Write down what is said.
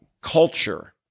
culture